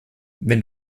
wenn